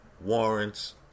warrants